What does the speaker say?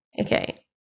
okay